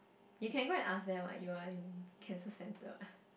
you can go and ask them ah you are in cancer centre